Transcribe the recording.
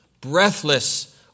breathless